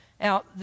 Now